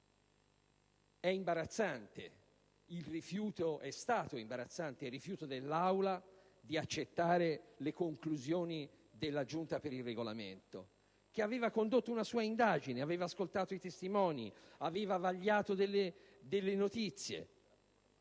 È stato imbarazzante il rifiuto dell'Aula nei confronti delle conclusioni della Giunta delle elezioni che aveva condotto una sua indagine, aveva ascoltato i testimoni, aveva vagliato delle notizie